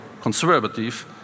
conservative